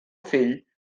fill